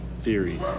theory